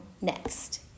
next